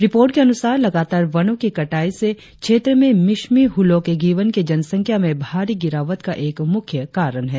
report के अनुसार लगातार वनो की कटाई से क्षेत्र में मिश्मी हुलाँक गिब्बन की जनसंख्या में भारी गिरावट का एक मुख्य कारण है